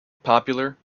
popular